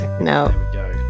No